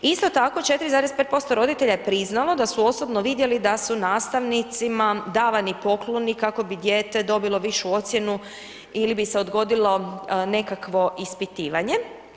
Isto tako 4,5% roditelja je priznalo da su osobno vidjeli, da su nastavnicima davani pokloni, kako bi dijete dobilo višu ocjenu ili bi se odgodilo nekakvo ispitivanje.